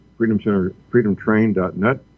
freedomtrain.net